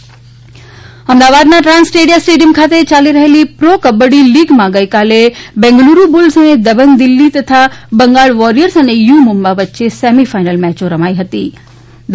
pro kabaddi અમદાવાદના TransStadia stadium ખાતે ચાલી રહેલી પ્રો કબક્રી લીગમાં ગઈકાલે બેંગલુડુ બુલ્સ અને દબંગ દિલ્ફી તથા બંગાળ વોરિયર્સ અને યુ મુમ્બા વચ્ચે સેમી ફાઈનલ મેચો રમાઈ ફતી